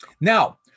Now